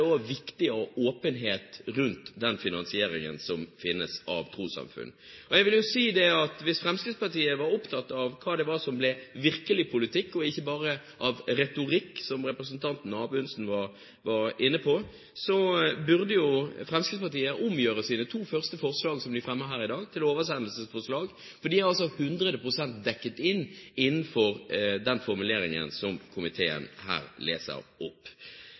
også viktig å ha åpenhet rundt den finansieringen som finnes av trossamfunn. Jeg vil si at hvis Fremskrittspartiet var opptatt av hva det var som ble virkelig politikk, og ikke bare av retorikk, som representanten Amundsen var inne på, burde Fremskrittspartiet omgjøre sine to første forslag som de fremmer her i dag, til oversendelsesforslag, for de er 100 pst. dekket inn innenfor den formuleringen som jeg her leste opp